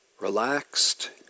relaxed